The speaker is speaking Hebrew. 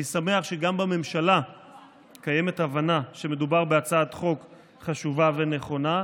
אני שמח שגם בממשלה קיימת הבנה שמדובר בהצעת חוק חשובה ונכונה,